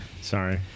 Sorry